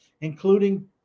including